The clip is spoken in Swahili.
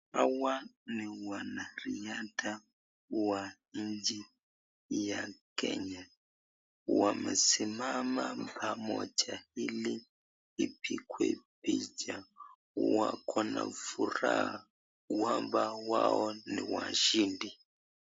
Hawa ni wanariadha wa nchi ya Kenya, wamesimama pamoja ili ipigwe picha. Wako na furaha kwamba wao ni washindi.